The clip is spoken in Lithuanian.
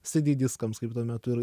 cd diskams kaip tuo metu ir